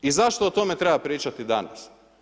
I zašto o tome treba pričati danas?